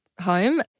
home